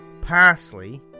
parsley